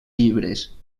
llibres